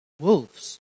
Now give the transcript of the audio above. Wolves